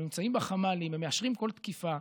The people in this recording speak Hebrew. הם נמצאים בחמ"לים, הם מאשרים כל תקיפה.